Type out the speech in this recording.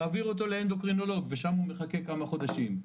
מעביר אותו לאנדוקרינולוג ושם הוא מחכה כמה חודשים.